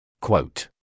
Quote